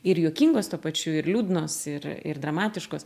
ir juokingos tuo pačiu ir liūdnos ir ir dramatiškos